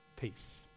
peace